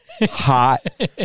hot